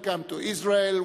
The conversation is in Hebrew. Welcome to Israel,